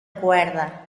cuerda